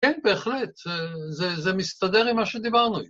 כן, בהחלט, זה מסתדר עם מה שדיברנו.